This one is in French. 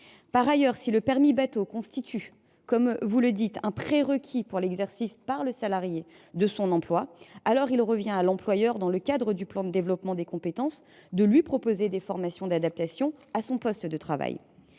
Par ailleurs, si le permis bateau constitue dans un certain nombre de cas, comme vous l’avez rappelé, un prérequis pour l’exercice par le salarié de son emploi, alors il revient à l’employeur, dans le cadre du plan de développement des compétences, de lui proposer des formations d’adaptation à son poste de travail.